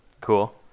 cool